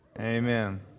Amen